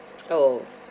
oh